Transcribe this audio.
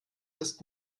ist